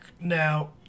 now